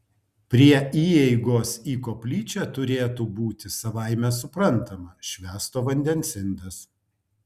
prie įeigos į koplyčią turėtų būti savaime suprantama švęsto vandens indas